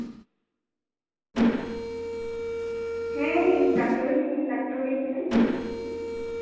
ᱦᱮᱸ ᱤᱧ ᱰᱟᱠᱛᱚᱨᱤᱧ ᱰᱟᱠᱛᱚᱨ ᱜᱮ ᱠᱟᱹᱱᱟᱹᱧ